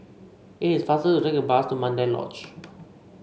it is faster to take the bus to Mandai Lodge